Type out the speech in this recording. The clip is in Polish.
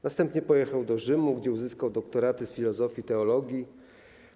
Następnie pojechał do Rzymu, gdzie uzyskał doktoraty z filozofii, teologii.